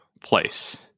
place